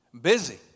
Busy